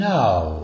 now